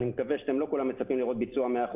אני מקווה שלא כולכם מצפים לראות היום ביצוע של 100%,